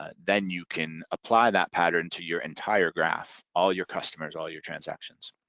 ah then you can apply that pattern to your entire graph, all your customers, all your transactions.